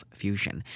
fusion